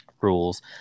rules